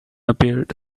appeared